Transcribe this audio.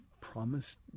promised